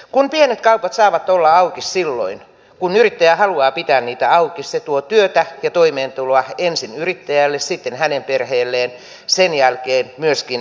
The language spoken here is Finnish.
kun pienet kaupat saavat olla auki silloin kun yrittäjä haluaa pitää niitä auki se tuo työtä ja toimeentuloa ensin yrittäjälle sitten hänen perheelleen sen jälkeen myöskin muille ihmisille